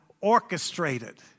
orchestrated